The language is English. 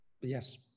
Yes